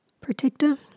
protector